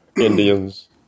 Indians